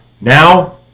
now